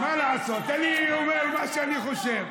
אני, אני, אני, מה לעשות, אני אומר מה שאני חושב.